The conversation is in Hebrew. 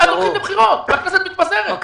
הולכים לבחירות והכנסת מתפזרת.